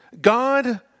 God